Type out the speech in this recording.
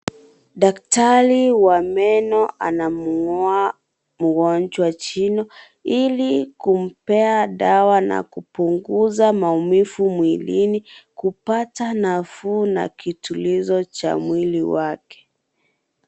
Daktari wa meno anamung'oa mgonjwa jino, ili kumpea dawa na kupunguza maumivu mwilini, kupata nafuu na kitulizo cha mwili wake.